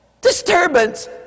disturbance